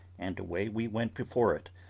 and away we went before it,